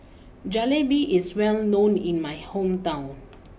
Jalebi is well known in my hometown